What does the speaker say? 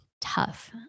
tough